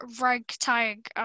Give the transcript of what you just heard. ragtag